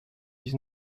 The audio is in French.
dix